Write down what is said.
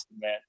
man